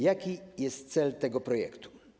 Jaki jest cel tego projektu?